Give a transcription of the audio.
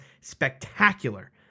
spectacular